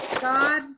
God